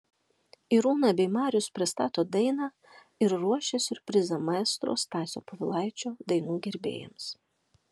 irūna bei marius pristato dainą ir ruošia siurprizą maestro stasio povilaičio dainų gerbėjams